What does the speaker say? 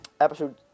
episode